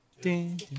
Ding